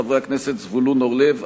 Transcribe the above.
חברי הכנסת זבולון אורלב,